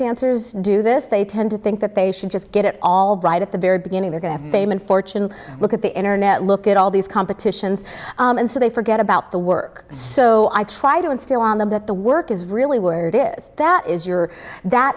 answers do this they tend to think that they should just get it all right at the very beginning they're going to fame and fortune look at the internet look at all these competitions and so they forget about the work so i try to instill on them that the work is really where it is that is your that